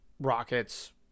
Rockets